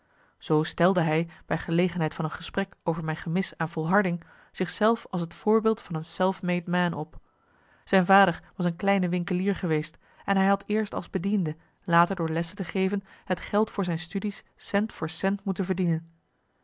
zoo stelde hij bij gelegenheid van een gesprek over mijn gemis aan volharding zich zelf als het voorbeeld van een self-made man op zijn vader was een kleine winkelier geweest en hij had eerst als bediende later door lessen te geven het geld voor zijn studies cent voor cent moeten verdienen